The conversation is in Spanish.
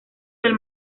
del